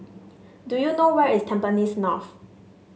do you know where is Tampines North